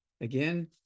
Again